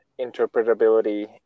interpretability